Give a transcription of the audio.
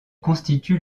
constitue